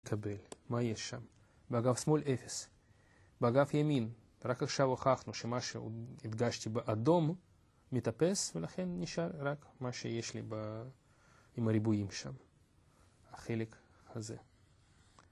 מה יש שם? באגף שמאל אפס, באגף ימין, רק עכשיו הוכחנו שמה שהפגשתי באדום מתאפס ולכן נשאר רק מה שיש לי עם הריבועים שם, החלק הזה